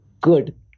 Good